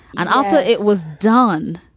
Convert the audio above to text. and after it was done,